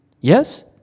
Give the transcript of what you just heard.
Yes